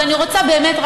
אז אני רוצה באמת,